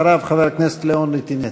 אחריו, חבר הכנסת לאון ליטינצקי.